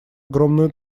огромную